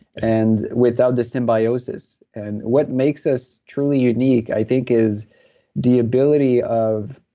and without the symbiosis and what makes us truly unique, i think, is the ability of.